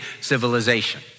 civilization